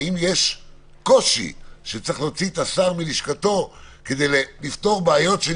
האם יש קושי שצריך להוציא את השר מלשכתו כדי לפתור בעיות של